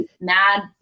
mad